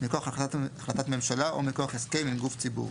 מכוח החלטת ממשלה או מכוח הסכם עם גוף ציבורי,